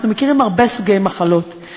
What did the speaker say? אנחנו מכירים הרבה סוגי מחלות,